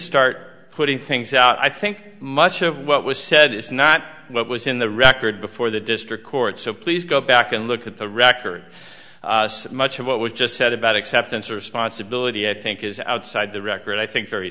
start putting things out i think much of what was said is not what was in the record before the district court so please go back and look at the record much of what was just said about acceptance or sponsibility i think is outside the record i think very